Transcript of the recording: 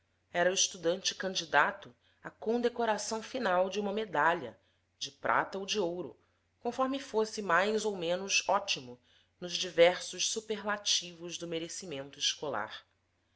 era o estudante candidato à condecoração final de uma medalha de prata ou de ouro conforme fosse mais ou menos ótimo nos diversos superlativos do merecimento escolar